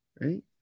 right